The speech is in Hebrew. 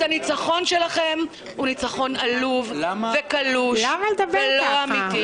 אז הניצחון שלכם הוא ניצחון עלוב וקלוש ולא אמיתי.